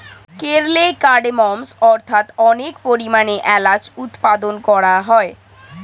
কেরলে কার্ডমমস্ অর্থাৎ অনেক পরিমাণে এলাচ উৎপাদন করা হয়